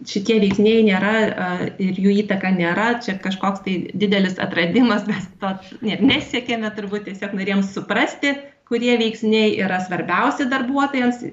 šitie veiksniai nėra ir jų įtaka nėra čia kažkoks tai didelis atradimas mes to net nesiekėme turbūt tiesiog norėjom suprasti kurie veiksniai yra svarbiausi darbuotojams